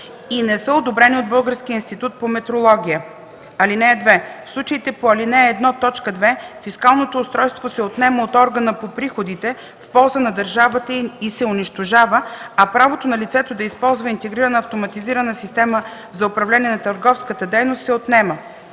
и не са одобрени от Българския институт по метрология. (2) В случаите по ал. 1, т. 2 фискалното устройство се отнема от органа по приходите в полза на държавата и се унищожава, а правото на лицето да използва интегрираната автоматизирана система за управление на търговската дейност се отнема.